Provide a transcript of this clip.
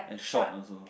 and short also